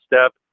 step